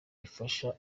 ifasha